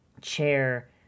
chair